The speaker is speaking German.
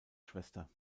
schwester